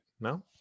No